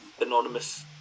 anonymous